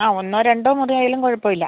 ആ ഒന്നോ രണ്ടോ മുറിയായാലും കുഴപ്പം ഇല്ല